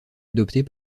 adoptée